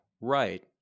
right